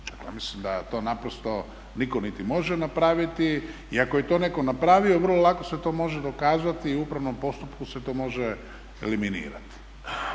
mislim da to naprosto nitko niti može napraviti. I ako je to netko napravio vrlo lako se to može dokazati i u upravnom postupku se to može eliminirati.